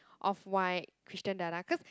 off white Christian dada